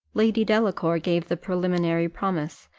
lady delacour gave the preliminary promise,